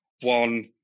one